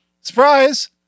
surprise